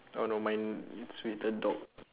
oh no mine it's with the dog